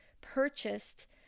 purchased